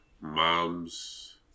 mom's